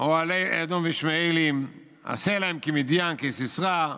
אהלי אדום וישמעאלים, עשה להם כמדין כסיסרא,